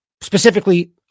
specifically